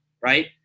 right